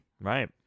Right